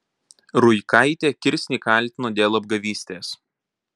ruikaitė kirsnį kaltino dėl apgavystės